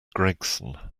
gregson